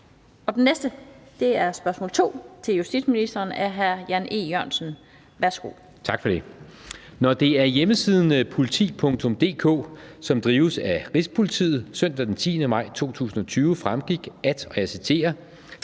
spørgsmål er til justitsministeren af hr. Jan E. Jørgensen.